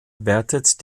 wertet